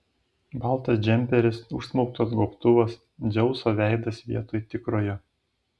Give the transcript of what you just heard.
baltas džemperis užsmauktas gobtuvas dzeuso veidas vietoj tikrojo